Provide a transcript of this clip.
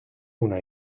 una